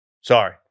sorry